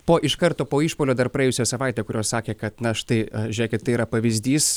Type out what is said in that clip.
po iš karto po išpuolio dar praėjusią savaitę kurios sakė kad na štai žiūrėkit tai yra pavyzdys